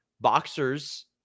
boxers